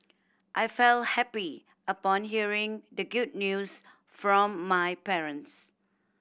I felt happy upon hearing the good news from my parents